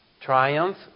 Triumph